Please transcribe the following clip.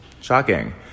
Shocking